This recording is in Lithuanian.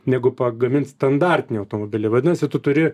negu pagamint standartinį automobilį vadinasi tu turi